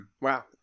Wow